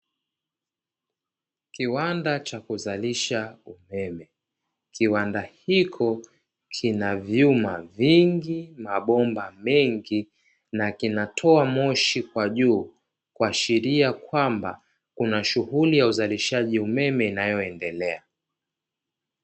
Kiwanda cha kuzalisha umeme kiwanda hicho kina vyuma vingi na mabomba mengi na kina toa moshi kwa juu, kuashiria kwamba kuna shughuli ya uzalishaji umeme inayoendelea.